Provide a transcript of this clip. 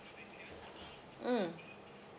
mm